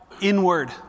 inward